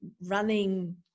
running